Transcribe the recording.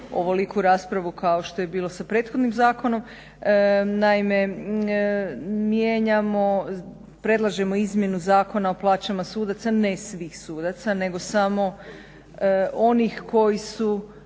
ovoliku raspravu kao što je bilo sa prethodnim zakonom. Naime, mijenjamo predlažemo izmjenu Zakona o plaćama sudaca ne svih sudaca, nego samo onih koji su